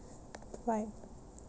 right